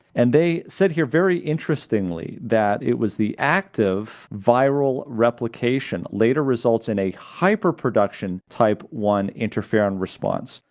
and they said here very interestingly that it was the active viral replication later results in a hyper production type one interferon response.